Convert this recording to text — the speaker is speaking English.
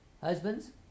Husbands